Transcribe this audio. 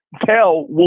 tell